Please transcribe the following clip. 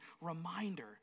reminder